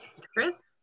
Chris